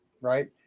right